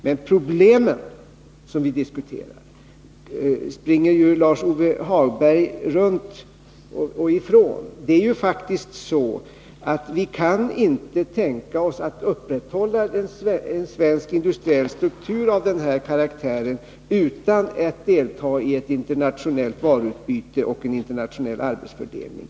Men problemet som vi diskuterar springer Lars-Ove Hagberg runt och ifrån. Det är faktiskt så att vi inte kan tänka oss att upprätthålla en svensk industriell struktur av denna karaktär utan att delta i ett internationellt varuutbyte och en internationell arbetsfördelning.